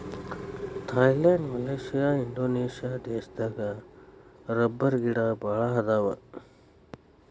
Thailand Malaysia Indonesia ದೇಶದಾಗ ರಬ್ಬರಗಿಡಾ ಬಾಳ ಅದಾವ